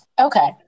Okay